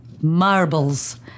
Marbles